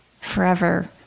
forever